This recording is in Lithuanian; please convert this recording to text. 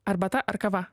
arbata ar kava